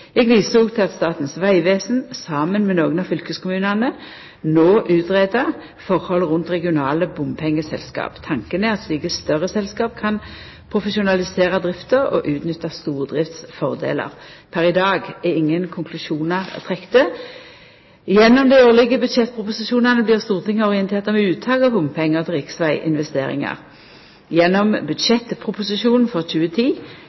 Eg viser òg til at Statens vegvesen, saman med nokre av fylkeskommunane, no greier ut forholdet rundt regionale bompengeselskap. Tanken er at slike større selskap kan profesjonalisera drifta og utnytta stordriftsfordelar. Per i dag er ingen konklusjonar trekte. Gjennom dei årlege budsjettproposisjonane blir Stortinget orientert om uttak av bompengar til riksveginvesteringar. Gjennom budsjettproposisjonen for 2010